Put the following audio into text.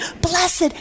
Blessed